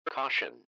Caution